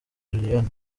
julienne